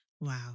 wow